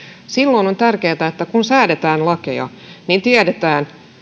silloin on tärkeätä että kun säädetään lakeja niin tiedetään